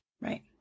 Right